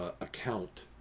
account